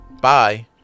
bye